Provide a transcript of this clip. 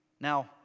Now